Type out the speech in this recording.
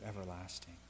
everlasting